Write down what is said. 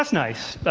nice.